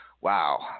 Wow